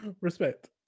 respect